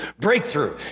breakthrough